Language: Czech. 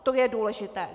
To je důležité.